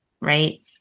right